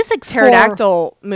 pterodactyl